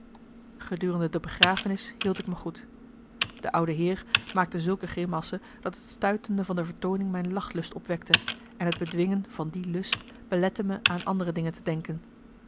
gedurende de begrafenis hield ik me goed de oude heer maakte zulke grimassen dat het stuitende van de vertooning mijn lachlust opwekte en het bedwingen van die lust belette me aan andere dingen te denken